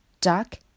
Duck